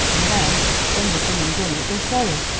and then when they've been and done it they're sorry,